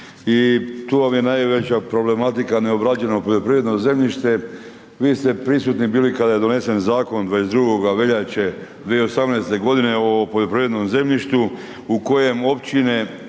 i tu vam je najveća problematika neobrađeno poljoprivredno zemljište. Vi ste prisutni bili kada je donesen zakon 22. veljače 2018. g. o poljoprivrednom zemljištu u kojemu općine,